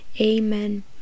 Amen